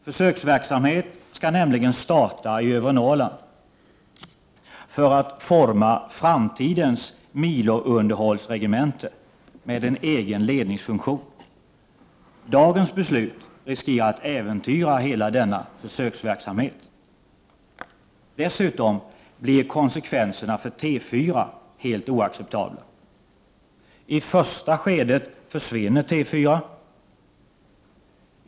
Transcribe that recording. Försöksverksamhet skall nämligen starta i övre Norrland för att forma framtidens milounderhållsregemente med egen ledningsfunktion. Dagens beslut riskerar att äventyra hela denna försöksverksamhet. Dessutom blir konsekvenserna för T4 helt oacceptabla. I första skedet försvinner T4.